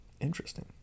Interesting